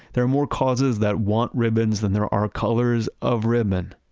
there are more causes that want ribbons than there are colors of ribbon,